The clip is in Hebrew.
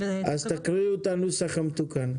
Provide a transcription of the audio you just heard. תקריאי את הנוסח המתוקן.